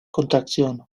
contracción